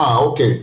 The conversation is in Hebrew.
או.קיי.